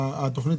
לעודפים,